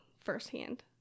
firsthand